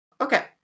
okay